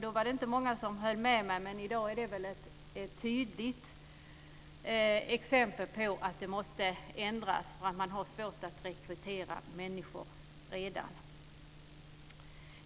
Då var det inte många som höll med mig, men i dag är det tydligt att det behövs en förändring då man har svårt att rekrytera människor.